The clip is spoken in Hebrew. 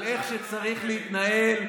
על איך שצריך להתנהל.